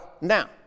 now